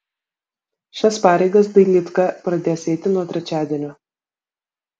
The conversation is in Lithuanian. šias pareigas dailydka pradės eiti nuo trečiadienio